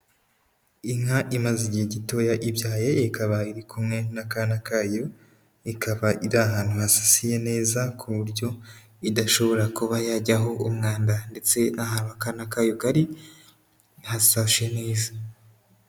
Inka imaze igihe gitoya ibyaye ikaba iri kumwe n'akana kayo, ikaba iri ahantu hasigasiye neza ku buryo idashobora kuba yajyaho umwanda ndetse n'ahantu akana kayo kari hasashe neza.